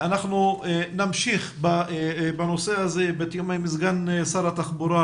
אנחנו נמשיך בנושא הזה בתיאום עם סגן שר התחבורה,